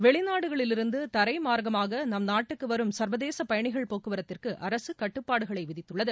வெளிநாடுகளில் இருந்து தரைமார்க்கமாக நம் நாட்டுக்கு வரும் சர்வதேச பயணிகள் போக்குவரத்துக்கு அரசு கட்டுபாடுகளை விதித்துள்ளது